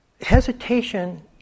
hesitation